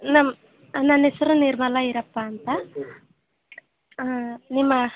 ನಮ್ಮ ನನ್ನ ಹೆಸ್ರು ನಿರ್ಮಲ ಈರಪ್ಪ ಅಂತ ನಿಮ್ಮ